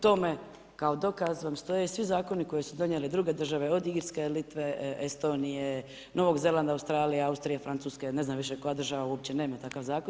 Tome kao dokaz vam stoje svi zakoni koje su donijele druge države od Irske, Litve, Estonije, Novog Zelanda, Australija, Austrija, Francuska, ne znam više koja država uopće nema takav zakon.